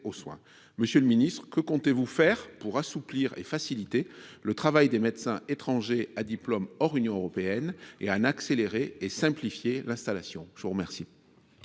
Monsieur le ministre, que comptez vous faire pour assouplir et faciliter le travail des médecins étrangers à diplôme hors Union européenne, ainsi que pour accélérer et simplifier leur installation ? La parole